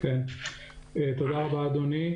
תודה רבה אדוני.